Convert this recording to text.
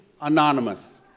anonymous